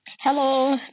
Hello